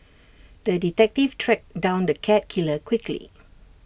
the detective tracked down the cat killer quickly